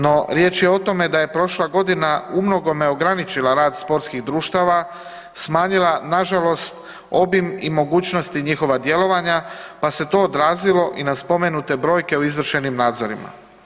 No, riječ je o tome da je prošla godina umnogome ograničila rad sportskih društava, smanjila nažalost obim i mogućnosti njihova djelovanja, pa se to odrazilo i na spomenute brojke o izvršenim nadzorima.